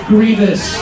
Grievous